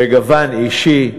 בגוון אישי,